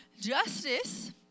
Justice